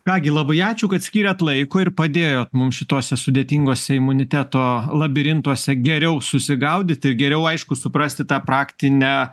ką gi labai ačiū kad skyrėt laiko ir padėjot mum šituose sudėtinguose imuniteto labirintuose geriau susigaudyti geriau aišku suprasti tą praktinę